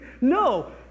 No